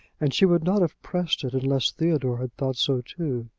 and she would not have pressed it, unless theodore had thought so too!